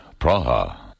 Praha